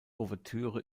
ouvertüre